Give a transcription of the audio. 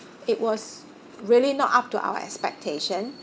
it was really not up to our expectation